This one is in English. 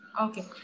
Okay